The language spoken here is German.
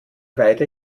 weide